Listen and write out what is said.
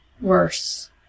worse